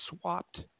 swapped